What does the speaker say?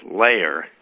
layer